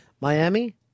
Miami